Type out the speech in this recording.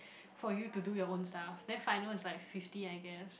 for you to do your own stuff then final is like fifty I guess